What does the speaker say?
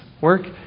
Work